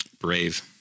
brave